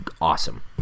awesome